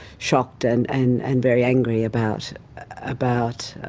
shocked and and and very angry about about